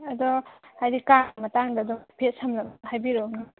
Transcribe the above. ꯑꯗꯣ ꯍꯥꯏꯗꯤ ꯀꯥꯡꯒꯤ ꯃꯇꯥꯡꯗ ꯑꯗꯨꯝ ꯍꯥꯏꯐꯦꯠ ꯁꯝꯂꯞꯅ ꯍꯥꯏꯕꯤꯔꯛꯎꯅꯦ